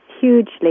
hugely